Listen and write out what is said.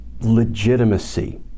legitimacy